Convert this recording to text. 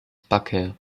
baker